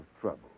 trouble